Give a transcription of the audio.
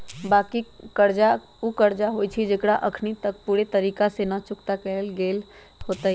बाँकी कर्जा उ कर्जा होइ छइ जेकरा अखनी तक पूरे तरिका से न चुक्ता कएल गेल होइत